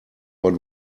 but